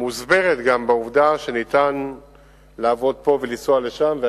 מוסבר גם בעובדה שניתן לעבוד פה ולנסוע לשם ולהיפך.